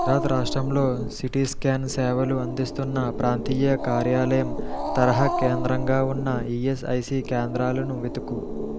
రాత్ రాష్ట్రంలో CT scan సేవలు అందిస్తున్న ప్రాంతీయ కార్యాలయం తరహా కేంద్రంగా ఉన్న ఈఎస్ఐసి కేంద్రాలను వెతుకు